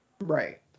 Right